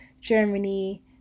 Germany